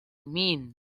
mean